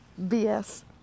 BS